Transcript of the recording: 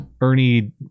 Ernie